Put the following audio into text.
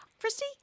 Christy